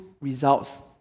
results